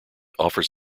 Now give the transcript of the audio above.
offers